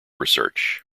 research